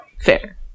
Fair